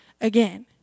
again